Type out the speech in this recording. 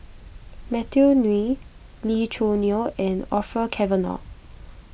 Matthew Ngui Lee Choo Neo and Orfeur Cavenagh